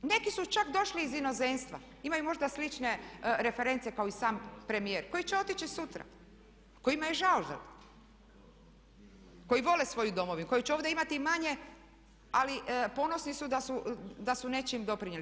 Neki su čak došli iz inozemstva, imaju možda slične reference kao i sam premijer koji će otići sutra, kojima je žao, koji vole svoju Domovinu, koji će ovdje imati manje, ali ponosni su da su nečim doprinijeli.